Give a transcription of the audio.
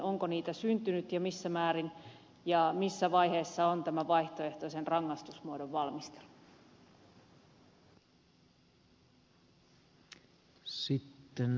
onko niitä syntynyt ja missä määrin ja missä vaiheessa on tämä vaihtoehtoisen rangaistusmuodon valmistelu